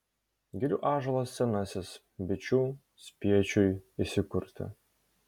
girių ąžuolas senasis bičių spiečiui įsikurti